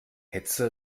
hetze